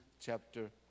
chapter